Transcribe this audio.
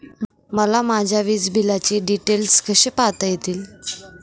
मला माझ्या वीजबिलाचे डिटेल्स कसे पाहता येतील?